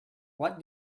what